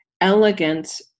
elegant